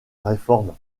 réforme